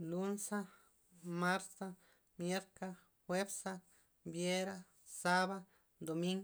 Lunsa marsa mierka juepsa viera saba domin